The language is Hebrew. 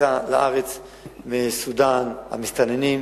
הכניסה לארץ מסודן, המסתננים,